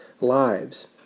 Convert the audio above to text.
lives